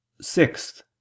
Sixth